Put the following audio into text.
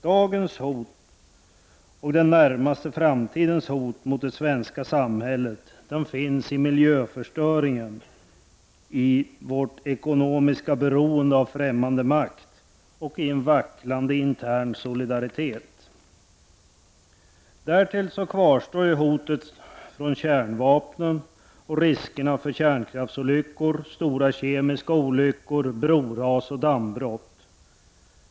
Dagens hot och den närmaste framtidens hot mot det svenska samhället finns i miljöförstöringen, vårt ekonomiska beroende av främmande makter och en vacklande intern solidaritet. Till detta kvarstår hotet om kärnvapen och riskerna för kärnkraftsolyckor, stora kemiska olyckor, broras och dammbrott.